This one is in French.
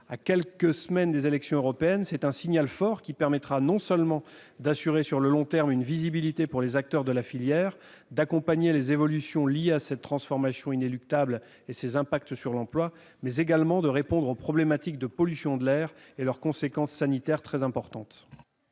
À quelques semaines des élections européennes, ce signal fort permettra non seulement d'assurer une visibilité à long terme aux acteurs de la filière, d'accompagner les évolutions liées à cette transformation inéluctable et ses impacts sur l'emploi, mais également de répondre aux problématiques de la pollution de l'air et de ses conséquences sanitaires très importantes.